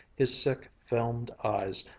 his sick, filmed eyes,